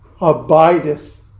abideth